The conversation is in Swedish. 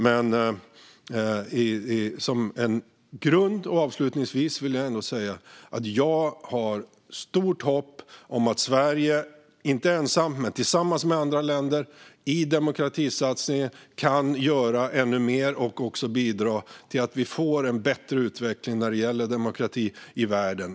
Jag känner stort hopp om att Sverige i demokratisatsningen och tillsammans med andra länder kan göra ännu mer och bidra till att världen får en bättre demokratiutveckling.